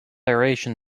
aeration